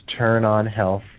TurnOnHealth